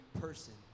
person